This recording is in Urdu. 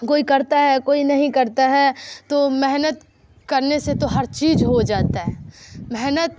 کوئی کرتا ہے کوئی نہیں کرتا ہے تو محنت کرنے سے تو ہر چیز ہو جاتا ہے محنت